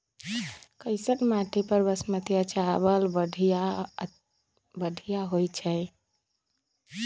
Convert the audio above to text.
कैसन माटी पर बासमती चावल बढ़िया होई छई?